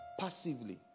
passively